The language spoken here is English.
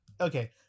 okay